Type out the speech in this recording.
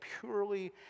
purely